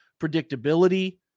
predictability